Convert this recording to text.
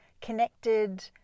connected